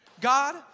God